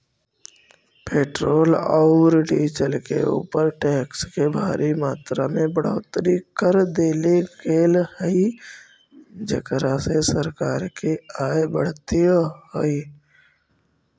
petrol औउर diesel के ऊपर टैक्स के भारी मात्रा में बढ़ोतरी कर देले गेल हई जेकरा से सरकार के आय बढ़ीतऽ हई